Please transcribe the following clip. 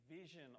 vision